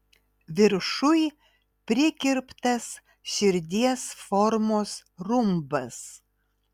viršuj prikirptas širdies formos rumbas